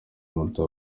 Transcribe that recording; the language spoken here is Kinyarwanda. muto